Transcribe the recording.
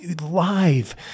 live